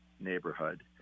neighborhood